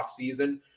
offseason